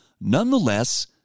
nonetheless